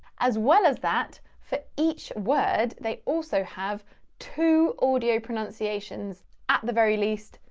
as well as that, for each word they also have two audio pronunciations at the very least,